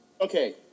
okay